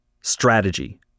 strategy